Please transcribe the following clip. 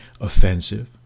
offensive